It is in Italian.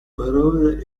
parole